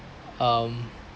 um